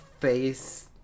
face